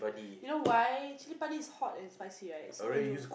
you know why chilli padi is hot and spicy right so when you